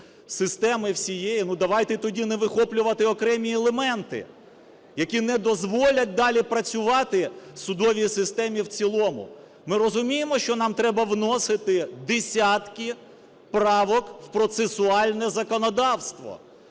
системи всієї – ну давайте тоді не вихоплювати окремі елементи, які не дозволять далі працювати судовій системі в цілому. Ми розуміємо, що нам треба вносити десятки правок в процесуальне законодавство.